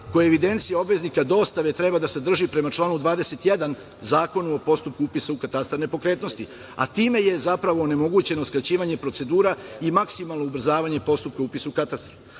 koje evidencija obveznika treba da sadrže prema članu 21. Zakona u postupku upisa u katastar nepokretnosti, a time je zapravo onemogućeno skraćivanje procedura i maksimalno ubrzavanje upisa u katastar. Da